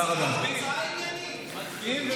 הם הולכים נגד ההסכמות, מפילים את החוקים.